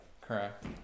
Correct